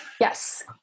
Yes